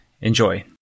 Enjoy